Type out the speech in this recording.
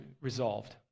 resolved